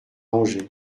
angers